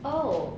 oh